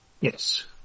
yes